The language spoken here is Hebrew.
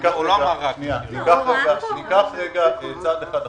ניקח לרגע צעד אחד אחורה.